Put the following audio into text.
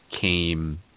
came